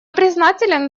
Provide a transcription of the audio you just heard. признателен